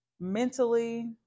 mentally